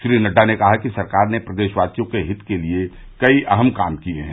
श्री नड़डा ने कहा कि सरकार ने प्रदेशवासियों के हित के लिये कई अहम काम किये हैं